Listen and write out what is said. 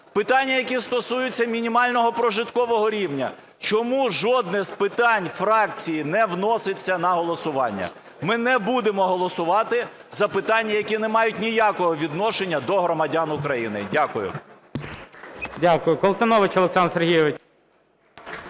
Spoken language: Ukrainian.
Питання, які стосуються мінімального прожиткового рівня. Чому жодне з питань фракції не вноситься на голосування? Ми не будемо голосувати за питання, які не мають ніякого відношення до громадян України. Дякую.